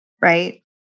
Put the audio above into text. right